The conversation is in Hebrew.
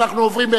אנחנו עוברים,